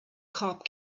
cop